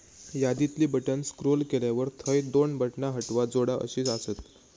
यादीतली button scroll केल्यावर थंय दोन बटणा हटवा, जोडा अशी आसत